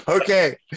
Okay